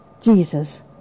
Jesus